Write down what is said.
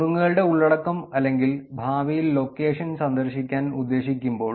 നുറുങ്ങുകളുടെ ഉള്ളടക്കം അല്ലെങ്കിൽ ഭാവിയിൽ ലൊക്കേഷൻ സന്ദർശിക്കാൻ ഉദ്ദേശിക്കുമ്പോൾ